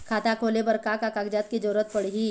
खाता खोले बर का का कागजात के जरूरत पड़ही?